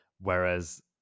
whereas